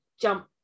jump